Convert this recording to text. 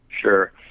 Sure